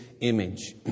image